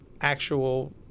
actual